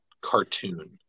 cartoon